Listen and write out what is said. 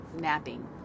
napping